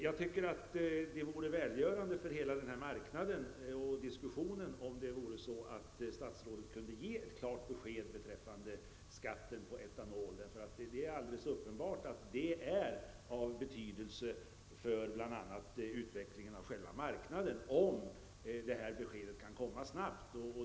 Jag tycker att det vore välgörande för hela den här marknaden och diskussionen om statsrådet kunde ge ett klart besked beträffande skatten på etanol. Det är uppenbart att det är av betydelse för bl.a. utvecklingen av själva marknaden, om det här beskedet kan komma snabbt.